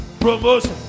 promotion